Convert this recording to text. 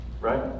right